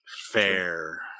fair